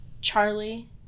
Charlie